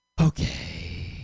Okay